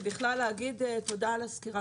ובכלל להגיד תודה על הסקירה,